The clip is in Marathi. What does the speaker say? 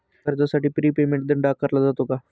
कर्जासाठी प्री पेमेंट दंड आकारला जातो का?